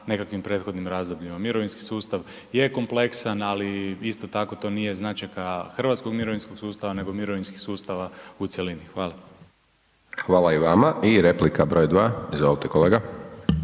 nekakvim prethodnim razdobljima. Mirovinski sustav je kompleksan, ali isto tako to nije značajka Hrvatskog mirovinskog sustava nego mirovinskih sustava u cjelini. Hvala. **Hajdaš Dončić, Siniša (SDP)** Hvala i vama.